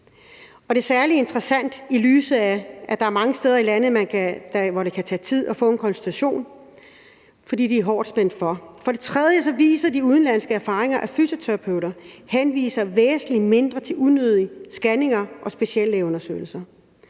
det er særlig interessant, i lyset af at der er mange steder i landet, hvor det kan tage tid at få en konsultation, fordi de er hårdt spændt for. For det trejde viser de udenlandske erfaringer, at fysioterapeuter henviser væsentlig mindre til unødige scanninger og speciallægeundersøgelser.